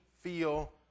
feel